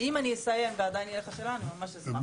אם אני אסיים ועדיין תהיה לך שאלה, אני ממש אשמח.